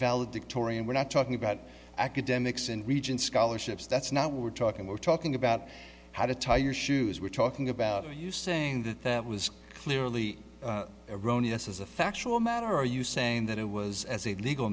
valedictorian we're not talking about academics and region scholarships that's not we're talking we're talking about how to tie your shoes we're talking about are you saying that that was clearly erroneous as a factual matter are you saying that it was as a legal